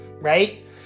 right